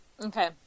Okay